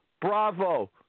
bravo